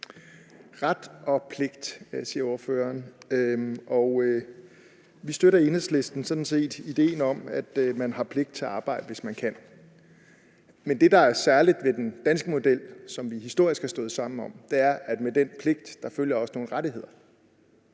»Ret og pligt« siger ordføreren. Vi støtter i Enhedslisten sådan set idéen om, at man har pligt til at arbejde, hvis man kan. Men det, der er særligt ved den danske model, som vi historisk har stået sammen om, er, at med den pligt følger også nogle rettigheder,